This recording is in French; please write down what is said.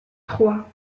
trois